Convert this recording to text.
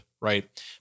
right